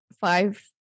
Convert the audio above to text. five